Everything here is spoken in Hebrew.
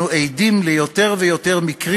הכנסת, כמי שעסק יותר מ-30